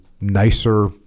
nicer